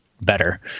Better